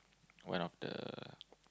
one of the